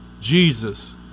Jesus